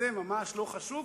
זה ממש לא חשוב,